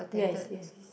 yes yes